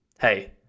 Hey